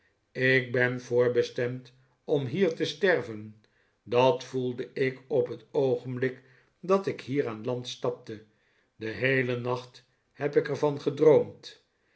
ik ben voorbestemd om hier te sterven dat voelde ik op het oogenblik dat ik hier aan land stapte den heelen nacht heb ik er van gedroomd